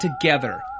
together